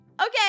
Okay